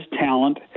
talent